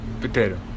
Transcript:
Potato